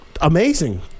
Amazing